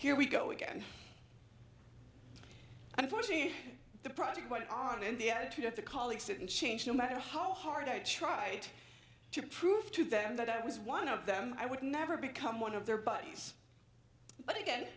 here we go again unfortunately the project went on and the attitude of the colleagues and changed no matter how hard i tried to prove to them that i was one of them i would never become one of their buddies but again